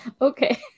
Okay